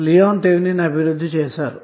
లియోన్థెవినిన్అభివృద్ధి చేశారు